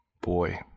boy